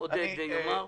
שעודד ידבר.